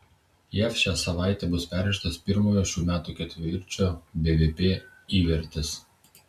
jav šią savaitę bus peržiūrėtas pirmojo šių metų ketvirčio bvp įvertis